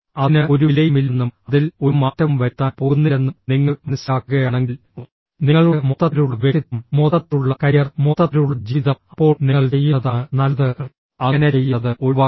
അതിന് ഒരു വിലയുമില്ലെന്നും അതിൽ ഒരു മാറ്റവും വരുത്താൻ പോകുന്നില്ലെന്നും നിങ്ങൾ മനസ്സിലാക്കുകയാണെങ്കിൽ നിങ്ങളുടെ മൊത്തത്തിലുള്ള വ്യക്തിത്വം മൊത്തത്തിലുള്ള കരിയർ മൊത്തത്തിലുള്ള ജീവിതം അപ്പോൾ നിങ്ങൾ ചെയ്യുന്നതാണ് നല്ലത് അങ്ങനെ ചെയ്യുന്നത് ഒഴിവാക്കുക